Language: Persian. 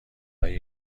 های